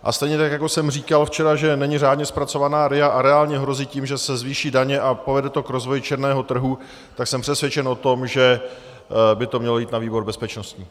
A stejně jako jsem říkal včera, že není řádně zpracována RIA a reálně hrozí tím, že se zvýší daně a povede to k rozvoji černého trhu, tak jsem přesvědčen o tom, že by to mělo jít na výbor bezpečnostní.